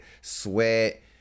Sweat